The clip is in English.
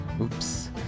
oops